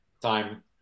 time